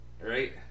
right